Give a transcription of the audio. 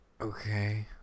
Okay